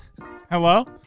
Hello